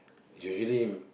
usually